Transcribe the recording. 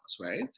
right